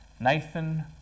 Nathan